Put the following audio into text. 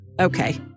Okay